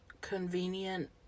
convenient